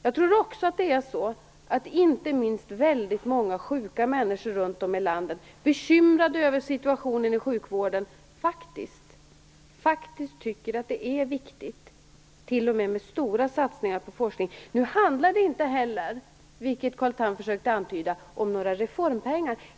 Jag tror att inte minst väldigt många sjuka människor runt om i landet, som är bekymrade över situationen inom sjukvården, faktiskt tycker att det är viktigt t.o.m. med stora satsningar på forskning. Det handlar inte heller, vilket Carl Tham försökte antyda, om några reformpengar.